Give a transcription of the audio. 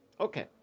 Okay